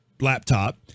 laptop